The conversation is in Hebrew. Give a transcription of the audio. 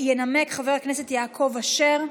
ינמק חבר הכנסת יעקב אשר.